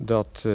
Dat